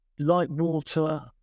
Lightwater